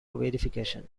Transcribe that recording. verification